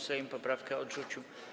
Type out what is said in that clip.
Sejm poprawkę odrzucił.